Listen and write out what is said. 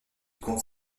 compte